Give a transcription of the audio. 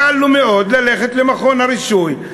קל לו מאוד ללכת למכון הרישוי,